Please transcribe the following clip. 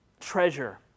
treasure